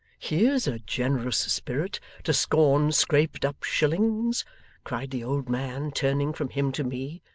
here's a generous spirit to scorn scraped-up shillings cried the old man, turning from him to me.